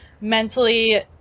mentally